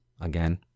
again